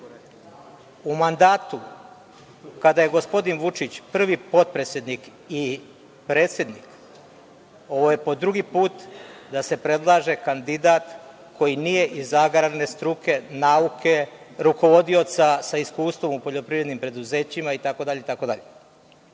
U mandatu kada je gospodin Vučić prvi potpredsednik i predsednik, ovo je po drugi put da se predlaže kandidat koji nije iz agrarne struke, nauke, rukovodioca sa iskustvom u poljoprivrednim preduzećima itd,